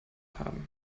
haben